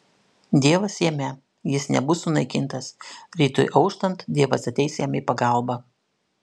dievas jame jis nebus sunaikintas rytui auštant dievas ateis jam į pagalbą